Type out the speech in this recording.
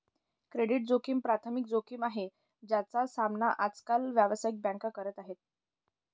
credit जोखिम प्राथमिक जोखिम आहे, ज्याचा सामना आज काल व्यावसायिक बँका करत आहेत